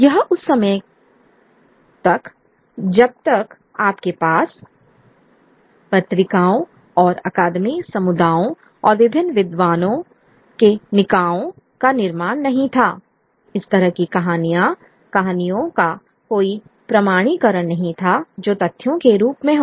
यह उस समय तक जब तक आपके पास पत्रिकाओं और अकादमी समुदायों और विभिन्न विद्वानों के निकायों का निर्माण नहीं था इस तरह की कहानियों का कोई प्रमाणीकरण नहीं था जो तथ्यों के रूप में हो